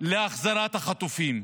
להחזרת החטופים.